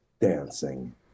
dancing